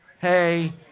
hey